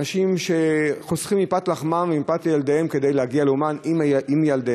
אנשים שחוסכים מפת לחמם ומפת ילדיהם כדי להגיע לאומן עם ילדיהם,